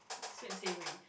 sweet and savoury